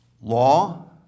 law